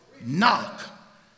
Knock